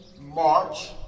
March